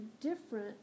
different